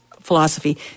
philosophy